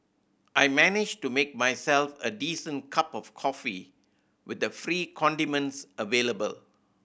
I managed to make myself a decent cup of coffee with the free condiments available